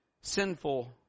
sinful